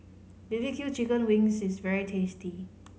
B B Q chicken wings is very tasty